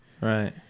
Right